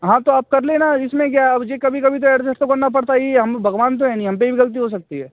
हाँ तो आप कर लेना इसमें क्या है अब यह कभी कभी तो एडजेस्ट तो करना पड़ता ही हम भगवान तो है नहीं हमपर भी गलती हो सकती है